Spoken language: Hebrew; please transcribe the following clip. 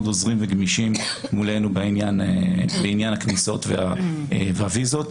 עוזרים וגמישים מולנו בעניין הכניסות והוויזות.